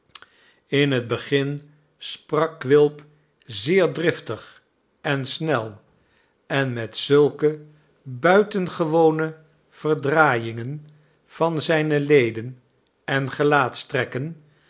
in het begin sprak quilp zeer driftig en snel en met zulke buitengewone verdraaiingen van zijne leden en